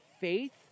faith